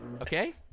Okay